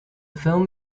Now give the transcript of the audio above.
film